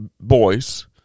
boys